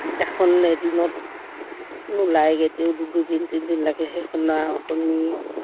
এখন এদিনত নোলায়গে তেওঁ দুদিন তিনদিন লাগে সেইখন